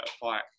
fight